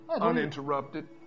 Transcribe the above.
uninterrupted